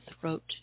throat